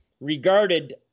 regarded